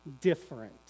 different